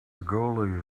goalie